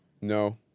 No